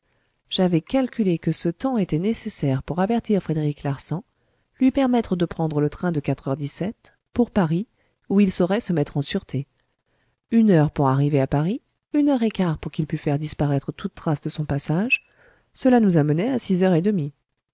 j'avais calculé que ce temps était nécessaire pour avertir frédéric larsan lui permettre de prendre le train de h pour paris où il saurait se mettre en sûreté une heure pour arriver à paris une heure et quart pour qu'il pût faire disparaître toute trace de son passage cela nous amenait à six heures et demie